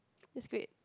that's great